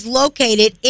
located